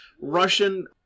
Russian